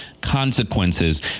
consequences